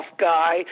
guy